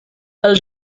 els